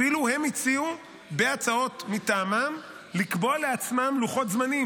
אפילו הם הציעו בהצעות מטעמם לקבוע לעצמם לוחות זמנים,